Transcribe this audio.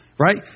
Right